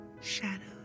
shadows